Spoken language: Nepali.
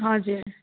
हजुर